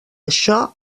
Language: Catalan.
això